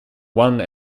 one